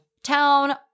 town